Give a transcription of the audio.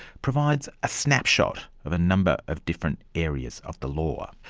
provides a snapshot of a number of different areas of the law.